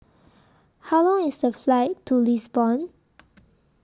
How Long IS The Flight to Lisbon